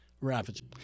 ravaging